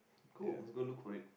cool let's go look for it